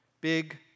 big